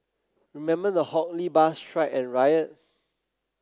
remember the Hock Lee bus strike and riot